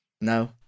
No